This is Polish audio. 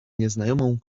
nieznajomą